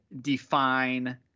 define